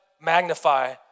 magnify